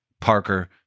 Parker